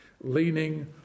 leaning